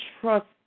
trust